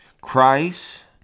Christ